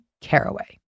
caraway